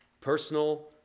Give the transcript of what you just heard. personal